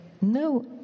no